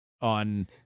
on